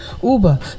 Uber